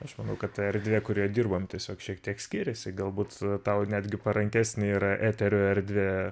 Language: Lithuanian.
aš manau kad ta erdvė kurioje dirbam tiesiog šiek tiek skiriasi galbūt tau netgi parankesnė yra eterių erdvė